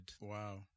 Wow